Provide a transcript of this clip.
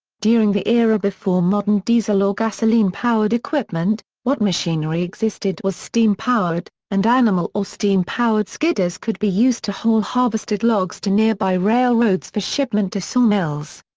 during the era before modern diesel or gasoline powered equipment, what machinery existed was steam-powered, and animal or steam-powered skidders could be used to haul harvested logs to nearby rail roads for shipment to sawmills.